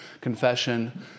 confession